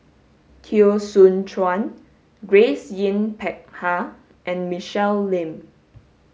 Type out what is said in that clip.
Teo Soon Chuan Grace Yin Peck Ha and Michelle Lim